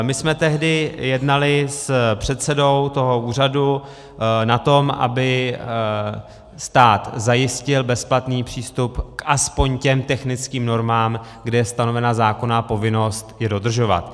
My jsme tehdy jednali s předsedou toho úřadu o tom, aby stát zajistil bezplatný přístup aspoň k těm technickým normám, kde je stanovena zákonná povinnost je dodržovat.